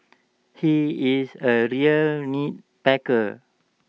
he is A real nitpicker